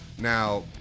now